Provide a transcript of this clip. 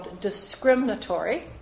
discriminatory